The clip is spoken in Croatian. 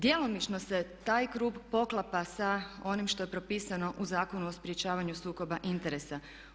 Djelomično se taj krug poklapa sa onim što je propisano u Zakonu o sprječavanju sukoba interesa.